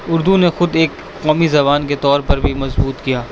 اردو خود ایک قومی زبان کے طور پر بھی مضبوط کیا